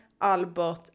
Albert